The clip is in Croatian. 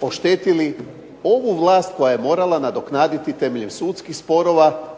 oštetili ovu vlast koja ja morala nadoknaditi temeljem sudskih sporova